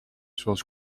zoals